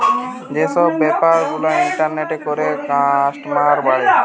যে সব বেপার গুলা ইন্টারনেটে করে কাস্টমার বাড়ে